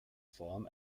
form